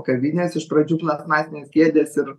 kavinės iš pradžių plastmasinės kėdės ir